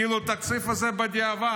כאילו התקציב הזה הוא בדיעבד.